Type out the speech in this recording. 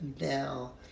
now